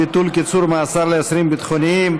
ביטול קיצור מאסר לאסירים ביטחוניים),